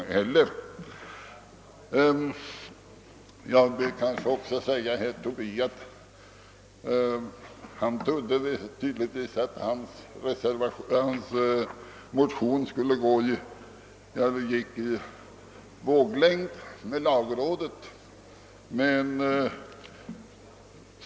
Jag ber emellertid först att få säga några ord till herr Tobé, som tydligen trodde att hans motion skulle stå i samklang med lagrådets uppfattning.